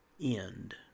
end